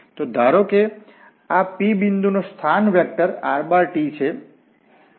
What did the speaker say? તો ધારો કે આ આ P બિંદુનો સ્થાન વેક્ટરrt છે